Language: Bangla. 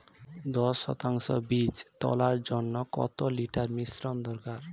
দশ শতক বীজ তলার জন্য কত লিটার মিশ্রন দরকার?